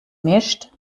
mischt